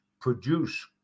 produce